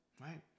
right